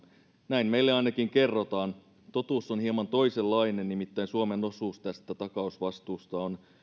näin meille ainakin kerrotaan totuus on hieman toisenlainen nimittäin suomen osuus tästä takausvastuusta on